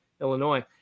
Illinois